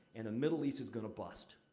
and the middle east is gonna bust.